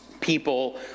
People